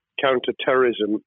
counter-terrorism